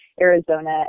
Arizona